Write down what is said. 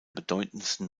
bedeutendsten